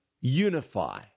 unify